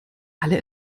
alle